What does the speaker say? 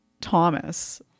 Thomas